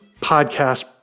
podcast